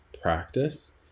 practice